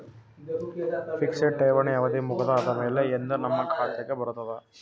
Fixed ಠೇವಣಿ ಅವಧಿ ಮುಗದ ಆದಮೇಲೆ ಎಂದ ನಮ್ಮ ಖಾತೆಗೆ ಬರತದ?